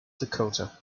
dakota